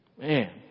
Man